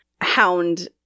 hound